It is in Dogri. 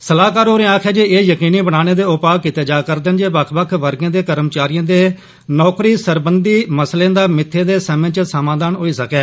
सलाहकार होरें आक्खेआ जे एह यकीनी बनने दे उपाऽ कीते जा'रदे न जे बक्ख बक्ख वर्गें दे कर्मचारिएं दे नौकरी सरबंधी मसलें दा मित्थे दे समें च समाधान होई सकै